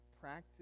practice